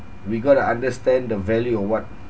we got to understand the value of what